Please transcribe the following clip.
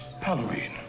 Halloween